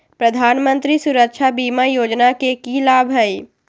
प्रधानमंत्री सुरक्षा बीमा योजना के की लाभ हई?